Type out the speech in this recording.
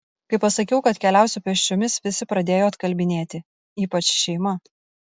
kai pasakiau kad keliausiu pėsčiomis visi pradėjo atkalbinėti ypač šeima